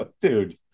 Dude